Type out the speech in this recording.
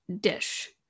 Dish